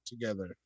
together